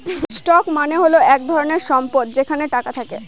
stock মানে হল এক রকমের সম্পদ যেটাতে টাকা থাকে